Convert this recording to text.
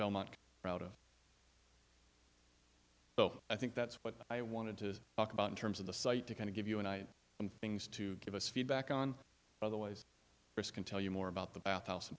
belmont proud of so i think that's what i wanted to talk about in terms of the site to kind of give you an eye on things to give us feedback on other ways this can tell you more about the bathhouse